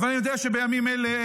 אבל אני יודע שבימים אלה,